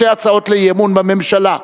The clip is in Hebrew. ואני מודיע לכם שיש שתי הצעות לאי-אמון בממשלה.